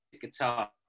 guitar